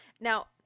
Now